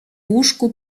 łóżku